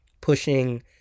pushing